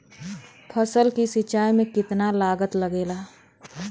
फसल की सिंचाई में कितना लागत लागेला?